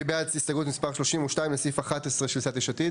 מי בעד הסתייגות מספר 32 לסעיף 11 של סיעת יש עתיד?